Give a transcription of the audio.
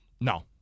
No